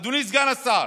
אדוני סגן השר,